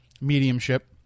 mediumship